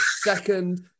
second